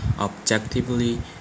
objectively